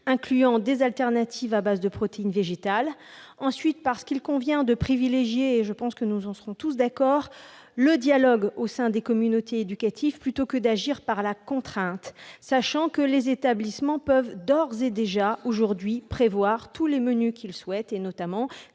incluant des alternatives à base de protéines végétales. Ensuite, il convient de privilégier- je pense que nous en serons tous d'accord -le dialogue au sein des communautés éducatives, plutôt que d'agir par la contrainte. Il faut le savoir, aujourd'hui, les établissements peuvent d'ores et déjà prévoir tous les menus qu'ils souhaitent, notamment